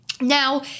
Now